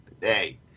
today